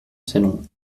salon